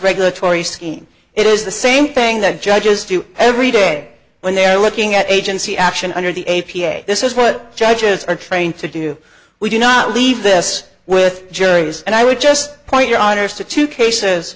regulatory scheme it is the same thing that judges do every day when they're looking at agency action under the a p a this is what judges are trained to do we do not leave this with juries and i would just point your honour's to two cases